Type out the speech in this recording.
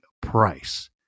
price